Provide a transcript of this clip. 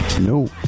No